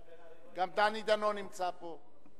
מיכאל בן-ארי לא, גם דני דנון נמצא פה.